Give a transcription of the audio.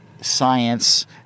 science